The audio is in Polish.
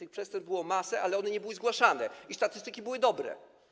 Tych przestępstw była masa, ale one nie były zgłaszane i statystyki były dobre.